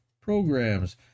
programs